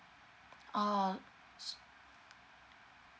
oh